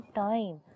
time